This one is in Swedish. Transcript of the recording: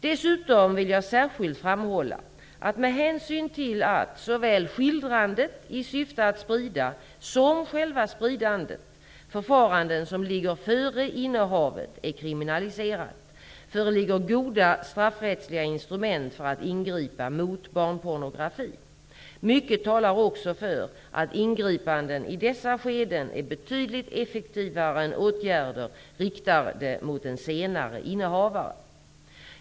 Dessutom vill jag särskilt framhålla att med hänsyn till att såväl skildrandet i syfte att sprida som själva spridandet, förfaranden som ligger före innehavet, är kriminaliserade, föreligger goda straffrättsliga instrument för att ingripa mot barnpornografi. Mycket talar också för att ingripanden i dessa skeden är betydligt effektivare än åtgärder riktade mot en senare innehavare.